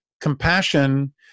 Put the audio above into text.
Compassion